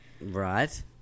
right